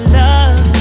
love